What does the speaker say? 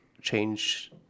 Change